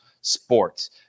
sports